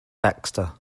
baxter